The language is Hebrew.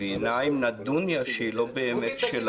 והיא נעה עם נדוניה שהיא לא באמת שלה.